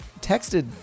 texted